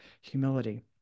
humility